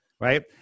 right